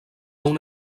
una